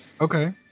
Okay